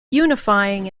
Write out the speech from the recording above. unifying